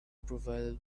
provided